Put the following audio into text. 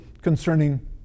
concerning